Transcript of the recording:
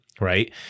Right